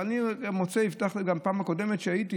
אבל אני מוצא, הבטחתי גם בפעם הקודמת שהייתי,